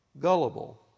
gullible